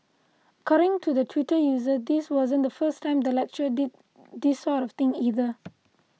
according to the Twitter user this wasn't the first time the lecturer did this sort of thing either